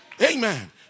Amen